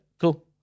cool